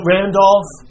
Randolph